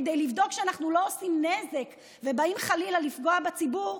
כדי לבדוק שאנחנו לא עושים נזק ובאים חלילה לפגוע בציבור,